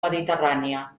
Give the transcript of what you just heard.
mediterrània